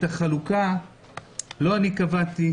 את החלוקה לא אני קבעתי,